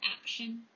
action